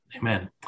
amen